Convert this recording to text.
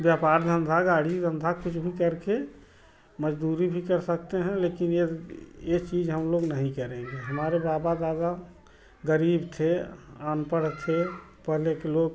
व्यापार धंधा गाड़ी धंधा कुछ भी करके मजदूरी भी कर सकते हैं लेकिन ये ये चीज हम लोग नहीं करेंगे हमारे बाबा दादा गरीब थे अनपढ़ थे पहले के लोग